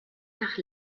nach